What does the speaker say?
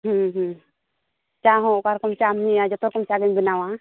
ᱪᱟ ᱦᱚᱸ ᱚᱠᱟ ᱨᱚᱠᱚᱢ ᱪᱟᱢ ᱧᱩᱭᱟ ᱡᱚᱛᱚ ᱨᱚᱠᱚᱢ ᱪᱟ ᱜᱮᱧ ᱵᱮᱱᱟᱣᱟ